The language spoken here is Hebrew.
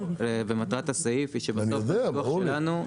לפי הניתוח שלנו,